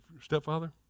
stepfather